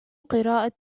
قراءة